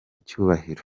cyubahiro